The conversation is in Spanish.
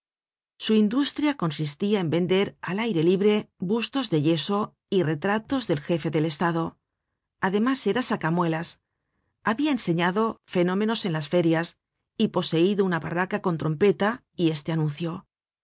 su industria consistia en vender al aire libre bustos de yeso y retratos del jefe del estado además era sacamuelas habia enseñado fenómenos en las ferias y poseido una barraca con trompeta y este anuncio